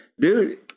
Dude